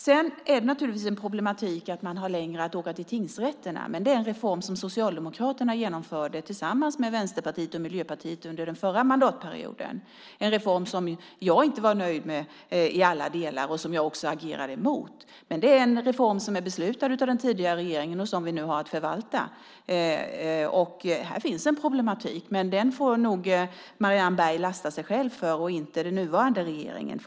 Sedan är det naturligtvis en problematik att man har längre att åka till tingsrätterna. Men det är en reform som Socialdemokraterna genomförde tillsammans med Vänsterpartiet och Miljöpartiet under den förra mandatperioden. Det är en reform som jag inte var nöjd med i alla delar och som jag också agerade emot. Men det är reform som är beslutad av den tidigare regeringen och som vi nu har att förvalta. Här finns en problematik, men den får nog Marianne Berg lasta framför allt sig själv för och inte den nuvarande regeringen.